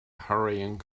hurrying